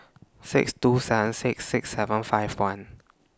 six two seven six six seven five one